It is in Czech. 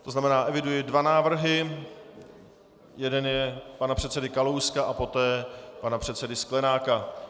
To znamená, eviduji dva návrhy jeden je pana předsedy Kalouska a poté pana předsedy Sklenáka.